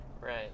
Right